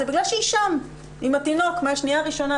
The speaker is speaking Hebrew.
זה בגלל שהיא שם עם התינוק מהשנייה הראשונה.